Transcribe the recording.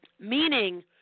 meaning